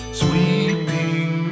sweeping